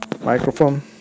microphone